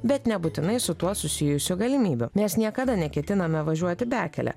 bet nebūtinai su tuo susijusių galimybių mes niekada neketiname važiuoti bekele